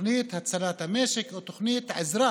תוכנית הצלת המשק או תוכנית עזרה